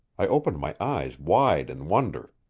i opened my eyes wide in wonder.